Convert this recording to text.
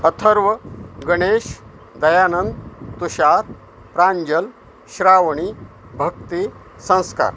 अथर्व गणेश दयानंद तुषार प्रांजल श्रावणी भक्ती संस्कार